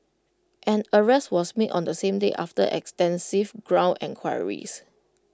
an arrest was made on the same day after extensive ground enquiries